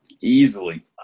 Easily